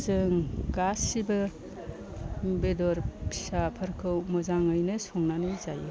जों गासैबो बेदर फिसाफोरखौ मोजाङैनो संनानै जायो